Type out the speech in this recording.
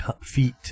Feet